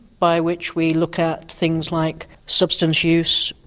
by which we look at things like substance use,